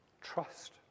trust